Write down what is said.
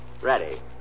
Ready